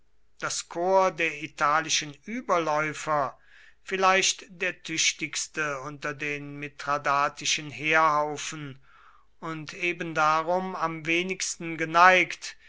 das korps der italischen überläufer vielleicht der tüchtigste unter den mithradatischen heerhaufen und ebendarum am wenigsten geneigt